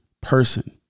person